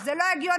זה לא הגיוני,